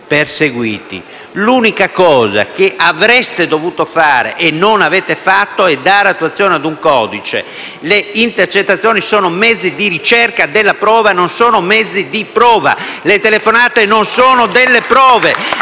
L'unica cosa che avreste dovuto fare e non avete fatto è dare attuazione ad un codice. Le intercettazioni sono mezzi di ricerca della prova, non sono mezzi di prova. Le telefonate non solo delle prove.